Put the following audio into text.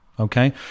Okay